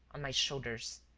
on my shoulders.